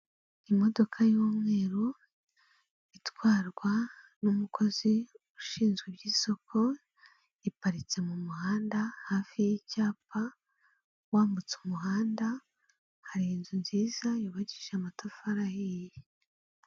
Imodoka y'umweru itwarwa n'umukozi ushinzwe iby'isoko iparitse mu muhanda hafi y'icyapa, wambutse umuhanda hari inzu nziza yubakishije amatafari ahiye.